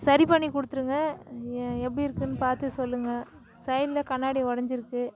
சரி பண்ணி கொடுத்துருங்கள் ஏ எப்படி இருக்குதுனு பார்த்து சொல்லுங்கள் சைடில் கண்ணாடி உடைஞ்சிருக்கு